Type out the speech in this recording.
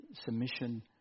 submission